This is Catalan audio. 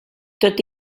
tot